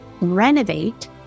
renovate